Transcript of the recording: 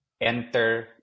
enter